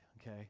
okay